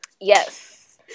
Yes